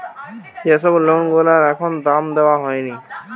যে সব লোন গুলার এখনো দাম দেওয়া হয়নি